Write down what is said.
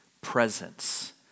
Presence